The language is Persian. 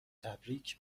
تبریک